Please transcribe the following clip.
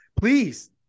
Please